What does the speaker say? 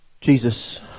Jesus